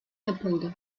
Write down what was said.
yapıldı